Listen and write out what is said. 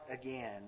again